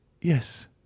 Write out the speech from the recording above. Yes